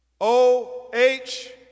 O-H